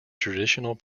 traditional